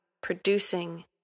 producing